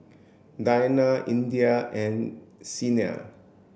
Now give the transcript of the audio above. Danial Indah and Senin